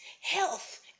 Health